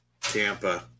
Tampa